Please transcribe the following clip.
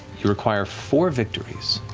you require four victories.